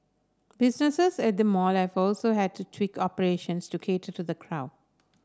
businesses at the mall life have also had to tweak operations to cater to the crowd